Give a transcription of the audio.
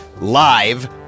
live